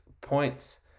points